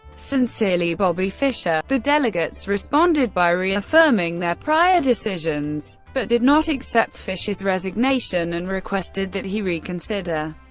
sincerely, bobby fischer. the delegates responded by reaffirming their prior decisions, but did not accept fischer's resignation and requested that he reconsider.